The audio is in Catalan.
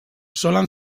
solen